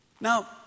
Now